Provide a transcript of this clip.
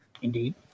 indeed